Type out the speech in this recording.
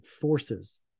forces